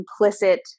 implicit